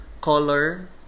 color